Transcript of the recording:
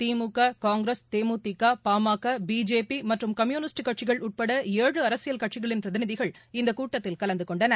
திமுக Congress தேமுதிக பாமக பிஜேபிமற்றும் கம்யூனிஸ்ட் கட்சிகள் உட்பட ஏழு அரசியல் கட்சிகளின் பிரதிநிதிகள் இந்தக் கூட்டத்தில் கலந்துகொண்டனர்